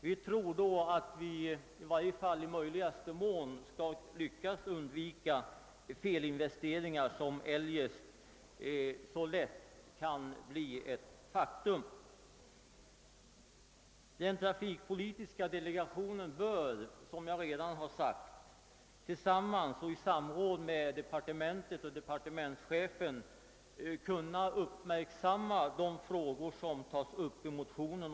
Vi tror att man därigenom i möjligaste mån skall lyckas undvika felinvesteringar som eljest så lätt kan äga rum. Den transportpolitiska delegationen bör som jag redan framhållit i samråd med departementet och departementschefen uppmärksamma de frågor som tas upp i motionen.